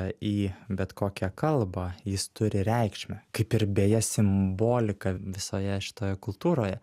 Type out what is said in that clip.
į bet kokią kalbą jis turi reikšmę kaip ir beje simbolika visoje šitoje kultūroje